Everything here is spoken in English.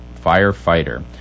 firefighter